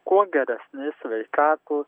kuo geresnės sveikatos